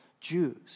Jews